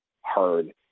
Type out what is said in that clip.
hard